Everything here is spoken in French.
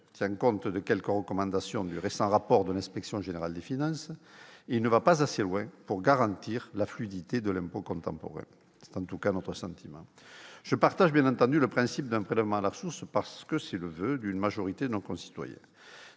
tient compte de quelques recommandations du récent rapport de l'Inspection générale des finances, il ne va pas assez loin pour garantir la fluidité de l'impôt contemporain. Je partage bien entendu le principe d'un prélèvement à la source, parce que c'est le voeu d'une majorité de nos concitoyens.